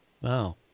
Wow